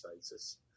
status